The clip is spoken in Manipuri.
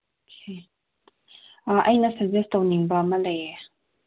ꯑꯥ ꯑꯩꯅ ꯁꯔꯚꯤꯁ ꯇꯧꯅꯤꯡꯕ ꯑꯃ ꯂꯩꯌꯦ